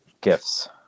gifts